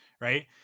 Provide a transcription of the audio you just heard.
Right